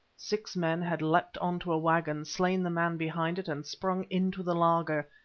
six men had leapt on to a waggon, slain the man behind it, and sprung into the laager.